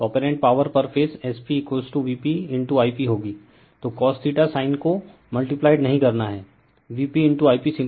तो apparent power पर phase S p VpI p होगी तो cosθ sin को मल्टीप्लाइड नही करना हैं VpI p सिम्प्लीफाई करना होगा